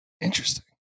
interesting